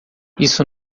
isso